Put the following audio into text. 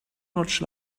much